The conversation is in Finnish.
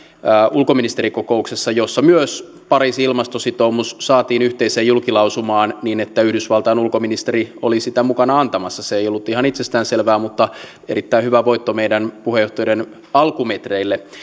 ulkoministerikokouksessa jossa myös pariisin ilmastositoumus saatiin yhteiseen julkilausumaan niin että yhdysvaltain ulkoministeri oli sitä mukana antamassa se ei ollut ihan itsestäänselvää mutta erittäin hyvä voitto meidän puheenjohtajuutemme alkumetreille